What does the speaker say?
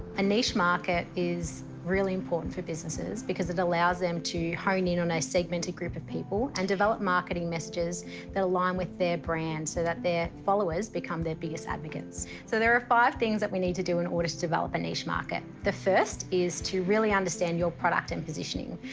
a niche market is really important for businesses, because it allows them to hone in on a segmented group of people and develop marketing messages that align with their brand so that their followers become their biggest advocates. so there are five things that we need to do in order to develop a niche market, the first is to really understand your product and positioning.